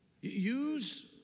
Use